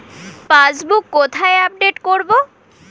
Passbook কোথায় update করব?